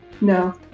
No